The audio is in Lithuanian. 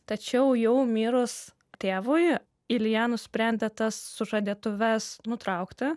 tačiau jau mirus tėvui ilja nusprendė tas sužadėtuves nutraukti